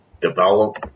develop